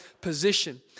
position